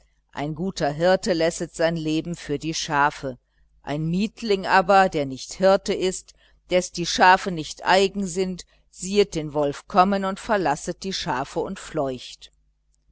ein guter hirte lässet sein leben für die schafe ein mietling aber der nicht hirte ist des die schafe nicht eigen sind siehet den wolf kommen und verlasset die schafe und fleucht